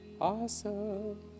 Awesome